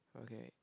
okay